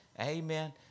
Amen